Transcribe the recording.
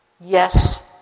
yes